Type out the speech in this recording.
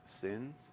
sins